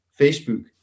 facebook